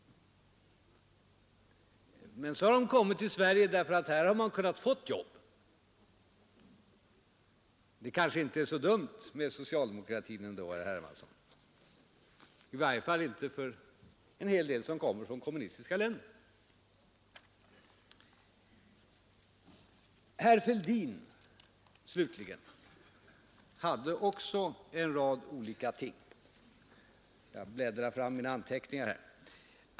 De har kommit till Sverige därför att här har de kunnat få jobb. Det kanske inte är så dumt med socialdemokratin ändå, herr Hermansson, i varje fall inte för en hel del människor som kommit från kommunistiska länder. Herr Fälldin, slutligen, tog också upp en rad olika ting — jag bläddrar i mina anteckningar här.